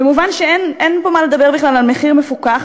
ומובן שאין פה מה לדבר בכלל על מחיר מפוקח,